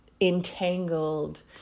entangled